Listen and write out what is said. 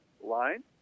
line